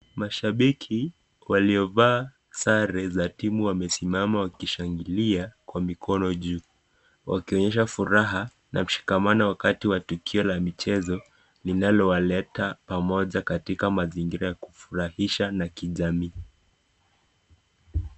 Mashabiki waliovaa sare za timu wamesimama wakishangilia kwa mikono juu, wakionyesha furaha na mshikamano wakati wa tukio la michezo linalowaleta pamoja katika mazingira kufurahisha na kijamii.